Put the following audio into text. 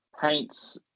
paints